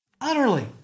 Utterly